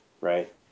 right